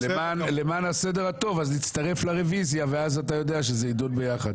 למען הסדר הטוב אני מצטרף לרוויזיה ואז אתה יודע שזה יידון ביחד.